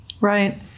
Right